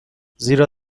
زیرا